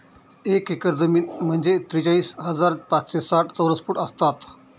एक एकर जमीन म्हणजे त्रेचाळीस हजार पाचशे साठ चौरस फूट असतात